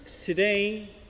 Today